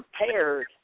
prepared